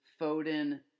Foden